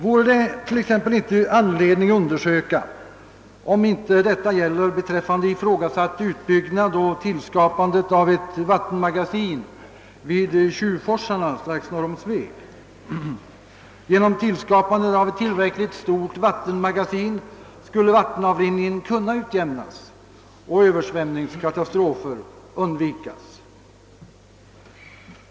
Finns det t.ex. inte skäl att undersöka om inte detta gäller beträffande ifrågasatt utbyggnad och tillskapandet av ett vattenmagasin vid Tjuvforsarna strax norr om Sveg? Genom tillskapandet av ett tillräckligt stort vattenmagasin skulle vattenavrinningen kunna utjämnas och översvämningskatastrofer undvikas.